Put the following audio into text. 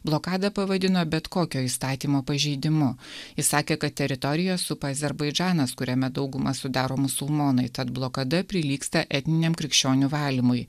blokadą pavadino bet kokio įstatymo pažeidimu jis sakė kad teritoriją supa azerbaidžanas kuriame daugumą sudaro musulmonai tad blokada prilygsta etniniam krikščionių valymui